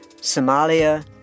Somalia